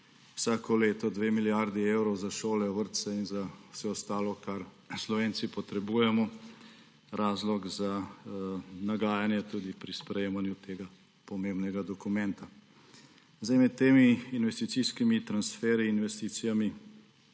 vsako leto 2 milijardi evrov za šole, vrtce in za vse ostalo, kar Slovenci potrebujemo, razlog za nagajanje tudi pri sprejemanju tega pomembnega dokumenta. Med temi investicijskimi transferji in investicijami